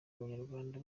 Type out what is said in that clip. abanyarwanda